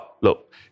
look